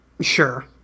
Sure